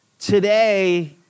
today